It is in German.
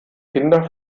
kinder